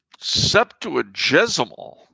Septuagesimal